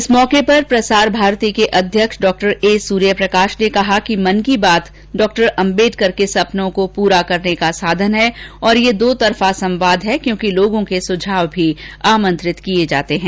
इस मौके पर प्रसार भारती के अध्यक्ष डॉ सूर्यप्रकाश ने कहा कि मन की बात डॉ अंबेडकर के सपनों को पूरा करने साधन है और यह दोतरफा संवाद है क्योंकि लोगों के सुझाव भी आमंत्रित किये जाते हैं